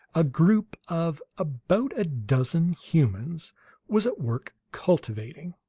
a group of about a dozen humans was at work cultivating.